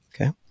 Okay